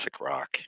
rock